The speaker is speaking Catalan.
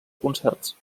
concerts